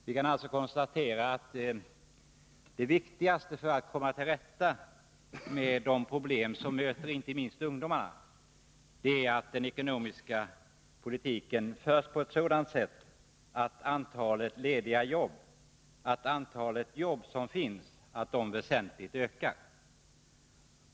Vi kan alltså konstatera att det viktigaste för att komma till rätta med de problem som möter inte minst ungdomarna är att den ekonomiska politiken förs på ett sådant sätt att det totala antalet arbeten väsentligt ökar.